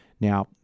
Now